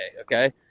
Okay